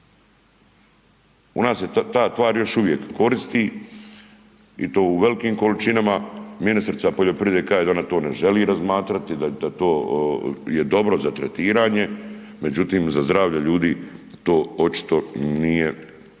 U nas se ta tvar još uvijek koristi i to u velikim količinama, ministrica poljoprivrede kaže da ona to ne želi razmatrati, da to je dobro za tretiranje međutim za zdravlje ljudi to očito nije najbolje.